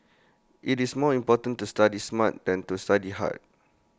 IT is more important to study smart than to study hard